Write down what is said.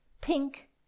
pink